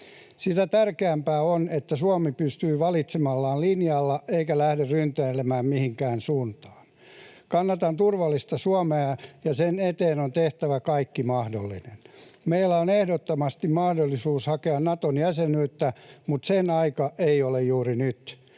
Sitä tärkeämpää on, että Suomi pysyy valitsemallaan linjalla eikä lähde ryntäilemään mihinkään suuntaan. Kannatan turvallista Suomea, ja sen eteen on tehtävä kaikki mahdollinen. Meillä on ehdottomasti mahdollisuus hakea Naton jäsenyyttä, mutta sen aika ei ole juuri nyt.